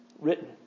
written